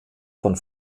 von